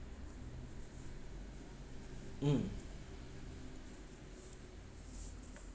mm